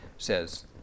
says